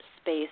space